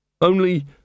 Only